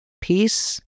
Peace